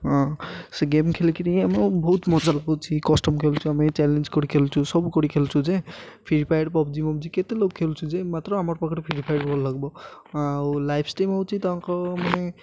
ହଁ ସେ ଗେମ୍ ଖେଳିକରିି ଆମେ ବହୁତ ମଜା ଲାଗୁଛି କଷ୍ଟମ୍ ଖେଳୁଛୁ ଆମେ ଚ୍ୟାଲେଞ୍ଜ କରି ଖେଳୁଛୁ ସବୁ କରି ଖେଳୁଛୁ ଯେ ଫ୍ରି ଫାୟାର୍ ପବ୍ଜି ମବ୍ଜି କେତେ ଲୋକ ଖେଳୁଛୁ ଯେ ମାତ୍ର ଆମ ପାଖରେ ଫ୍ରି ଫାୟାର୍ ଭଲ ଲାଗିବ ଆଉ ଲାଇଭ୍ ଷ୍ଟ୍ରିମ୍ ହେଉଛି ତାଙ୍କ ମାନେ